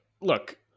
look